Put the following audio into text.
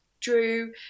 drew